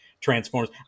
transforms